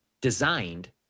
designed